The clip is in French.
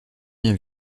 rien